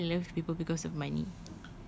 I don't fall in love with people because of money